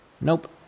Nope